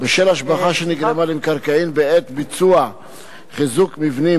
בשל השבחה שנגרמה למקרקעין בעת ביצוע חיזוק מבנים